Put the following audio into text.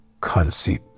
conceit